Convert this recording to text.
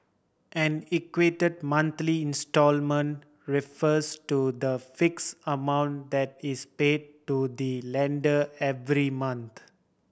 an equated monthly instalment refers to the fix amount that is pay to the lender every month